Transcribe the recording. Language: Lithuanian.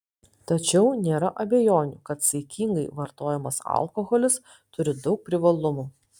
tačiau nėra abejonių kad saikingai vartojamas alkoholis turi daug privalumų